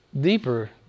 deeper